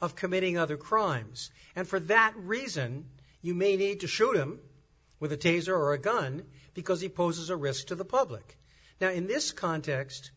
of committing other crimes and for that reason you may need to shoot him with a taser or a gun because he poses a risk to the public now in this context